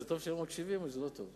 זה טוב שהם לא מקשיבים או שזה לא טוב?